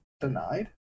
denied